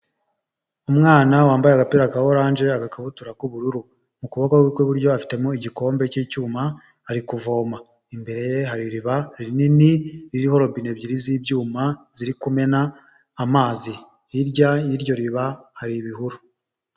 Umwana wambaye agapira ka orange agakabutura k'ubururu mu kuboko kwe kw'iburyo afitemo igikombe cy'icyuma ari kuvoma imbere hari iriba rinini ririho robine ebyiri z'ibyuma ziri kumena amazi hirya y'iryo riba hari ibihuru.